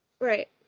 Right